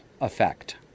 effect